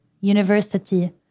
university